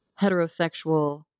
heterosexual